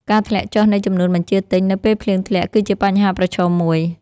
ការធ្លាក់ចុះនៃចំនួនបញ្ជាទិញ នៅពេលភ្លៀងធ្លាក់ គឺជាបញ្ហាប្រឈមមួយ។